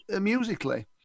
musically